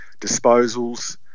disposals